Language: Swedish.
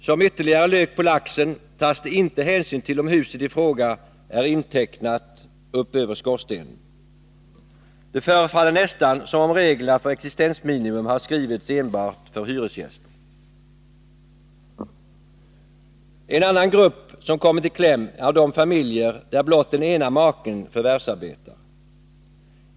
Som ytterligare lök på laxen tas det inte hänsyn till om huset i fråga är intecknat upp över skorstenen. Det förefaller nästan som om reglerna för existensminimum har skrivits enbart för hyresgäster. En annan grupp som kommit i kläm är de familjer där blott den ena maken förvärvsarbetar.